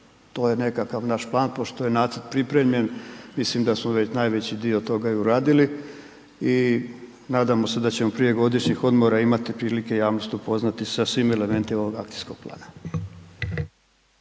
To je nekakav naš plan, pošto je nacrt pripremljen, mislim da smo već najveći dio toga i uradili i nadamo se da ćemo prije godišnjih odmora imati prilike javnosti upoznati sa svim elementima ovog akcijskog plana.